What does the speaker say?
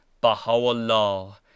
baha'u'llah